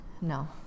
No